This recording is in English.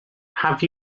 have